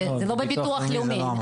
זה לא בביטוח לאומי.